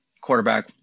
quarterback